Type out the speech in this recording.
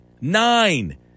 nine